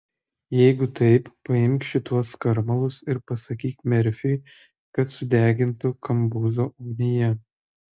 jeigu taip paimk šituos skarmalus ir pasakyk merfiui kad sudegintų kambuzo ugnyje